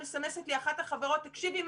מסמסת לי אחת החברות: תקשיבי,